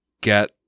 get